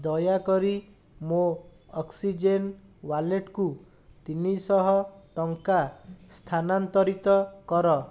ଦୟାକରି ମୋ ଅକ୍ସିଜେନ୍ ୱାଲେଟ୍କୁ ତିନି ଶହ ଟଙ୍କା ସ୍ଥାନାନ୍ତରିତ କର